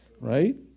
right